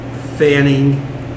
Fanning